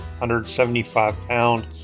175-pound